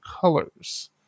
colors